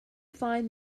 find